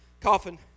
Coffin